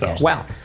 Wow